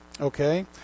Okay